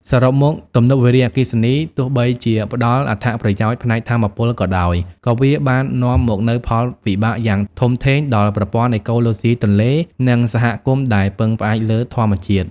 សរុបមក ទំនប់វារីអគ្គិសនី ទោះបីជាផ្តល់អត្ថប្រយោជន៍ផ្នែកថាមពលក៏ដោយ ក៏វាបាននាំមកនូវផលវិបាកយ៉ាងធំធេងដល់ប្រព័ន្ធអេកូឡូស៊ីទន្លេ និងសហគមន៍ដែលពឹងផ្អែកលើធម្មជាតិ។